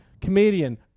comedian